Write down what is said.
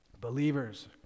Believers